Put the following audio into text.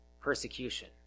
persecution